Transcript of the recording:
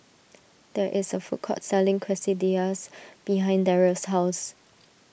there is a food court selling Quesadillas behind Darrell's house